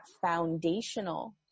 foundational